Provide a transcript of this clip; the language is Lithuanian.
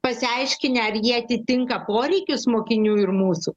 pasiaiškinę ar jie atitinka poreikius mokinių ir mūsų